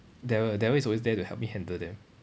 darryl darryl is always there to help me handle them